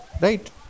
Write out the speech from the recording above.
right